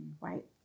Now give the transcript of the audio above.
Right